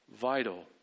vital